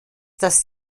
dass